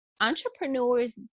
entrepreneurs